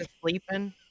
sleeping